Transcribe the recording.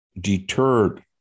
deterred